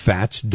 Fats